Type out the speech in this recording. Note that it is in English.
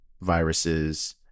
viruses